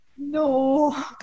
No